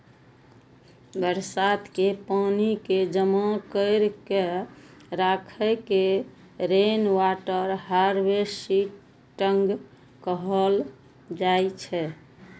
बरसात के पानि कें जमा कैर के राखै के रेनवाटर हार्वेस्टिंग कहल जाइ छै